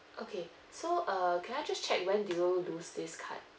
okay so uh can I just check when do you lose this card